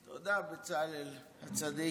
תודה, בצלאל הצדיק.